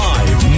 Live